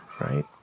right